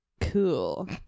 cool